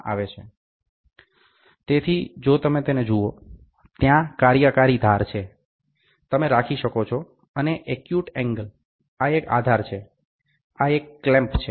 તેથી જો તમે તેને જુઓ ત્યાં કાર્યકારી ધાર છે તમે રાખી શકો છો અને એકયુટ એંગલ આ એક આધાર છે આ એક ક્લેમ્પ છે